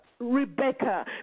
Rebecca